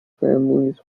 families